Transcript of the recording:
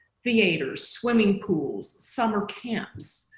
theaters, swimming pools, summer camps,